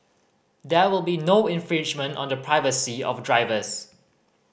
there will be no infringement on the privacy of drivers